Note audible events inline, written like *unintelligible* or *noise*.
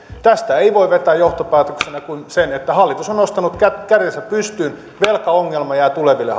tästä ei voi vetää johtopäätöksenä kuin sen että hallitus on nostanut kätensä pystyyn velkaongelma jää tuleville *unintelligible*